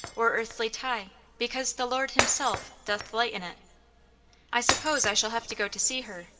or earthly tie, because the lord himself doth lighten it i suppose i shall have to go to see her?